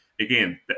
again